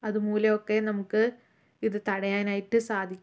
അതുമൂലം ഒക്കെ നമുക്ക് ഇത് തടയാൻ ആയിട്ട് സാധിക്കും